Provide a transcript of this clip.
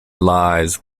lies